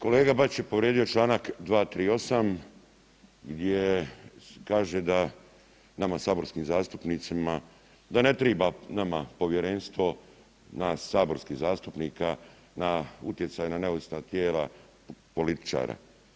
Kolega Bačić je povrijedio čl. 238. gdje kaže da nama saborskim zastupnicima da ne triba nama povjerenstvo nas saborskih zastupnika na utjecaj na neovisna tijela političara.